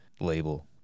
label